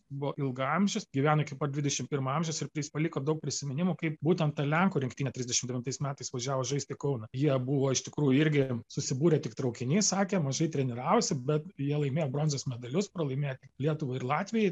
buvo ilgaamžis gyveno iki pat dvidešim pirmo amžiaus ir jis paliko daug prisiminimų kaip būtent ta lenkų rinktinė trisdešim devintais metais važiavo žaisti į kauną jie buvo iš tikrųjų irgi susibūrę tik traukiny sakė mažai treniravosi bet jie laimėjo bronzos medalius pralaimėjo tik lietuvai ir latvijai